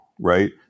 right